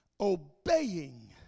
obeying